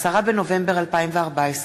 10 בנובמבר 2014,